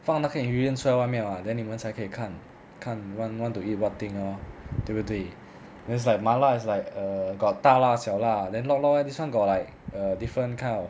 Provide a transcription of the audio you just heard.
放那个 ingredients 出来外面 [what] then 你们才可以看看 want you want to eat what thing lor 对不对 then it's like 麻辣 is like err got 大辣小辣 then lok lok eh this [one] got like err different kind of